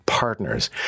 partners